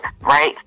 right